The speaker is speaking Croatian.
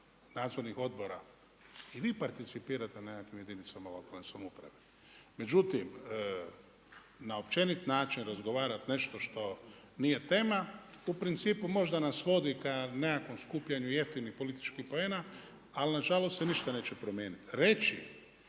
nadzornih odbora i vi participirate u nekakvim jedinicama lokalne samouprave. Međutim, na općenit način razgovarat nešto što nije tema u principu možda nas vodi ka nekakvom skupljanju jeftinih političkih poena, ali na žalost se ništa neće promijeniti. Reći